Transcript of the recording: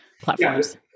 platforms